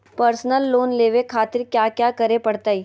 Personal loan लेवे खातिर कया क्या करे पड़तइ?